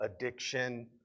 addiction